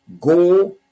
go